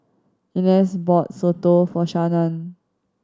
Inez bought soto for Shannan